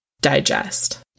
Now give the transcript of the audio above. digest